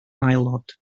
aelod